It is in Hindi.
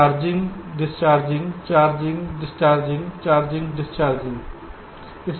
charging discharging charging discharging charging discharging देखें